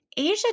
Asia